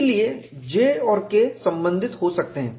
इसलिए J और K संबंधित हो सकते हैं